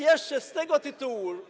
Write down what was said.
jeszcze z tego tytułu.